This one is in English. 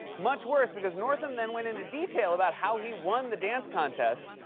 much worse because northam then went into detail about how he won the dance contest.